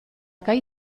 gai